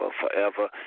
forever